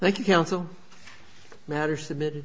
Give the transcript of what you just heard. thank you counsel matter submitted